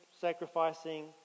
sacrificing